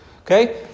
Okay